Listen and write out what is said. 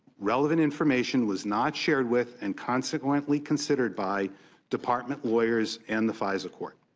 relevant information was not shared with and consequently considered by department lawyers and the fisa court.